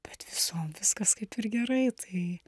bet visom viskas kaip ir gerai tai